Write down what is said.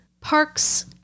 parks